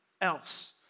else